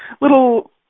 little